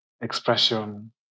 expression